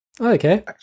Okay